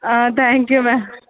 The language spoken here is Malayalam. ആ താങ്ക് യു മാം